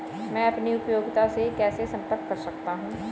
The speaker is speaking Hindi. मैं अपनी उपयोगिता से कैसे संपर्क कर सकता हूँ?